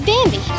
Bambi